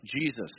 Jesus